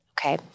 Okay